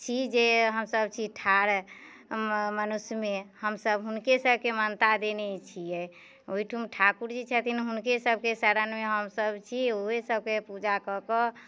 छी जे हमसब छी ठाड़ मनुष्य मे हमसब हुनके सबके मान्यता देने छियै ओयठुम ठाकुर जी छथिन हुनके सबके शरणमे हम सब छी ओहे सबके पूजा कऽ के